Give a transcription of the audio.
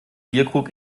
bierkrug